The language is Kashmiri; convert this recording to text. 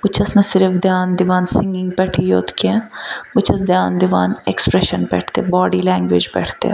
بہٕ چھَس نہٕ صرف دھیان دِوان سِنٛگِنٛگ پٮ۪ٹھٕے یوت کینٛہہ بہٕ چھَس دھیان دِوان ایٚکسپریٚشن پٮ۪ٹھ تہِ باڈی لینٛگویج پٮ۪ٹھ تہِ